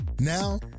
Now